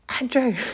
Andrew